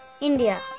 India